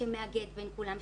שמאגד בין כולם,